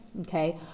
okay